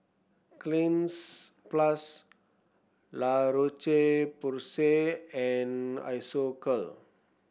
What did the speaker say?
Cleanz Plus La Roche Porsay and Isocal